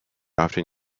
often